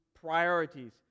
priorities